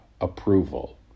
approval